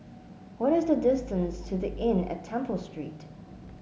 what is the distance to The Inn at Temple Street